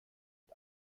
und